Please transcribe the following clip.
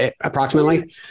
approximately